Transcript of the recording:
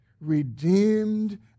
redeemed